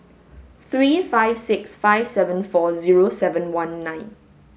three five six five seven four zero seven one nine